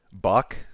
Buck